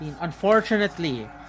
Unfortunately